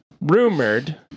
rumored